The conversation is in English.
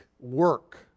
work